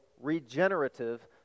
regenerative